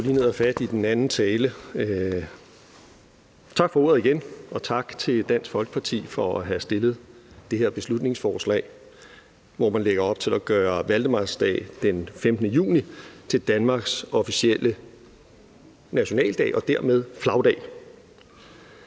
Justitsministeren (Nick Hækkerup): Tak for ordet igen, og tak til Dansk Folkeparti for at have fremsat det her beslutningsforslag, hvor man lægger op til at gøre valdemarsdag den 15. juni til Danmarks officielle nationaldag og dermed flagdag.